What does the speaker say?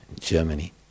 Germany